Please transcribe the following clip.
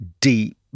deep